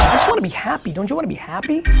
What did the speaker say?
wanna be happy. don't you wanna be happy?